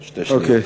אוקיי.